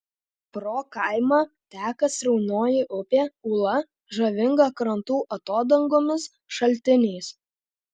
pro kaimą teka sraunioji upė ūla žavinga krantų atodangomis šaltiniais